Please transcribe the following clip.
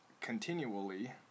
continually